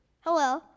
hello